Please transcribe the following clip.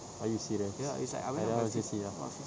are you serious I went up by sixty ah